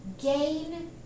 gain